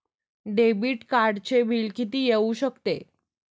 Debit कार्डचे bill किती येऊ शकते?